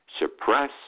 suppress